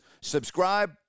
subscribe